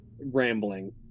rambling